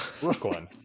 Brooklyn